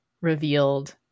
revealed